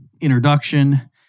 introduction